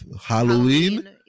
Halloween